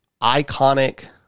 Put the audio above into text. iconic